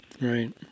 Right